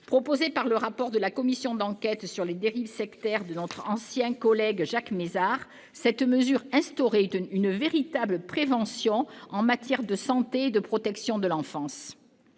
Proposée par le rapport de la commission d'enquête sur les dérives sectaires, qu'a établi notre ancien collègue Jacques Mézard, cette mesure instaurait une véritable prévention en matière de santé et de protection de l'enfance.